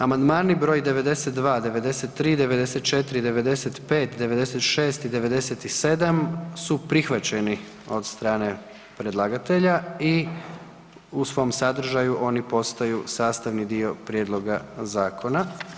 Amandmani br. 92., 93., 94. i 95., 96., i 97. su prihvaćeni od strane predlagatelja i u svom sadržaju oni postaju sastavni dio prijedloga zakona.